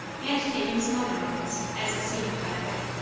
and taking some other moments, as it seemed, by the way.